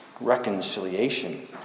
reconciliation